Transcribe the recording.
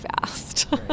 fast